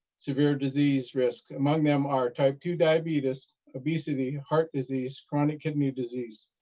severe disease risk, among them are type two diabetes, obesities, heart disease chronic kidney disease